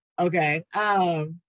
Okay